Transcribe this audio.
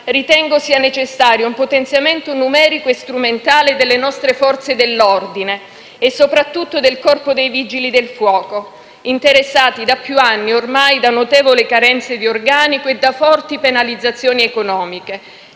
ritengo sia necessario un potenziamento numerico e strumentale delle nostre Forze dell'ordine e soprattutto del Corpo dei vigili del fuoco, interessati da più anni, ormai, da notevoli carenze di organico e da forti penalizzazioni economiche